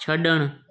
छड॒णु